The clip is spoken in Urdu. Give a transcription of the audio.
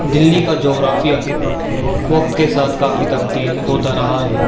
دلی کا جغرافیہ وقت کے ساتھ کافی تبدیل ہوتا رہا ہے